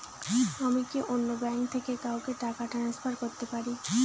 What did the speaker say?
আমি কি অন্য ব্যাঙ্ক থেকে কাউকে টাকা ট্রান্সফার করতে পারি?